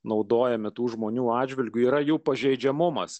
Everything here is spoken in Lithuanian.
naudojami tų žmonių atžvilgiu yra jų pažeidžiamumas